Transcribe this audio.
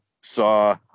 saw